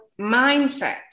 mindset